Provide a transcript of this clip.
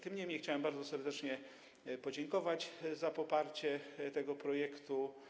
Niemniej jednak chciałem bardzo serdecznie podziękować za poparcie tego projektu.